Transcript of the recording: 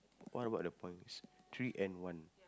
what about the points three and one